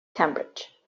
cambridge